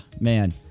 Man